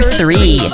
three